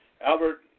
Albert